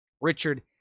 Richard